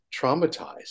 traumatized